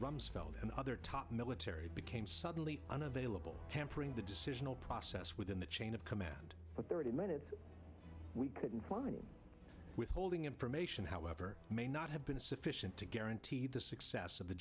rumsfeld and other top military became suddenly unavailable hampering the decisional process within the chain of command but there any minute we couldn't find any withholding information however may not have been sufficient to guarantee the success of the